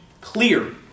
clear